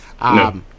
No